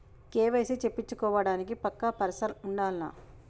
KYC చేపిచ్చుకోవడానికి పక్కా person ఉండాల్నా?